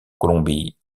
colombie